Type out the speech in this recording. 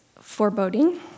foreboding